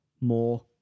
more